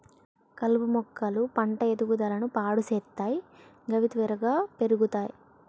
కలుపు మొక్కలు పంట ఎదుగుదలను పాడు సేత్తయ్ గవి త్వరగా పెర్గుతయ్